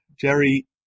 Jerry